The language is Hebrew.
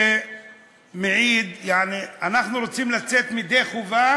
זה מעיד שאנחנו רוצים לצאת ידי חובה